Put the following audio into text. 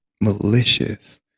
malicious